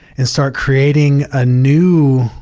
and start creating a new